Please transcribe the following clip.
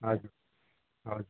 हजुर हजुर